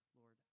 Lord